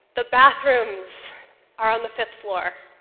the bathrooms are on the fifth floor,